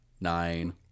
Nine